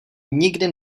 nikdy